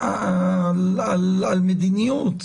על מדיניות.